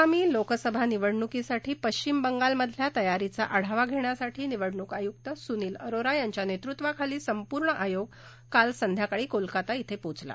आगामी लोकसभा निवडणुकीसाठी पश्चिम बंगालमधल्या तयारीचा आढावा घेण्यासाठी निवडणूक आयुक्त सुनील अरोरा यांच्या नेतृत्वाखाली संपूर्ण आयोग काल संध्याकाळी कोलकाता क्वें पोचला